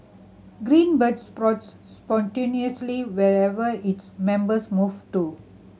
Green Bird sprouts spontaneously wherever its members move to